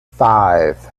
five